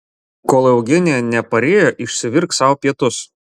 kol eugenija neparėjo išsivirk sau pietus